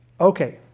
Okay